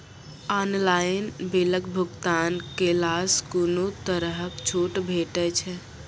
Online बिलक भुगतान केलासॅ कुनू तरहक छूट भेटै छै?